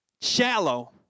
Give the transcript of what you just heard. shallow